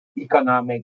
economic